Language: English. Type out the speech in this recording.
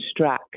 Strack